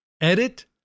edit